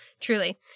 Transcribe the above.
truly